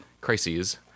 crises